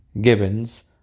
Gibbons